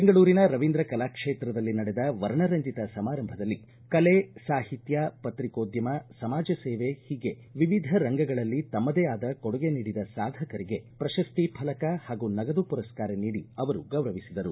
ಬೆಂಗಳೂರಿನ ರವೀಂದ್ರ ಕಲಾ ಕ್ಷೇತ್ರದಲ್ಲಿ ನಡೆದ ವರ್ಣರಂಜಿತ ಸಮಾರಂಭದಲ್ಲಿ ಕಲೆ ಸಾಹಿತ್ವ ಪತ್ರಿಕೋದ್ದಮ ಸಮಾಜ ಸೇವೆ ಹೀಗೆ ವಿವಿಧ ರಂಗಗಳಲ್ಲಿ ತಮ್ನದೇ ಆದ ಕೊಡುಗೆ ನೀಡಿದ ಸಾಧಕರಿಗೆ ಪ್ರಶಸ್ತಿ ಫಲಕ ಹಾಗೂ ನಗದು ಮರಸ್ಕಾರ ನೀಡಿ ಅವರು ಗೌರವಿಸಿದರು